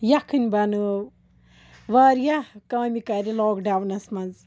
یَکھٕنۍ بَنٲو واریاہ کامہِ کَرِ لاکڈاونَس منٛز